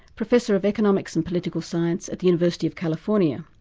professor of economics and political science at the university of california.